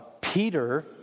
Peter